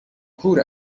کور